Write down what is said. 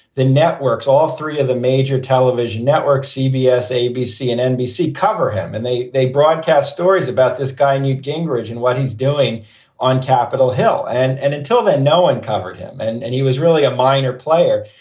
the networks, all three of the major television networks, cbs, abc and nbc cover him and they they broadcast stories about this guy, newt gingrich, and what he's doing on capitol hill. and and until then, no one covered him. and and he was really a minor player.